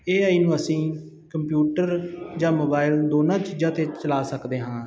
ਏ I ਨੂੰ ਅਸੀਂ computer ਜਾਂ ਮੋਬਾਈਲ ਦੋਨਾਂ ਚੀਜ਼ਾਂ ਤੇ ਚਲਾ ਸਕਦੇ ਹਾਂ